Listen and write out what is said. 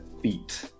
feet